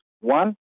One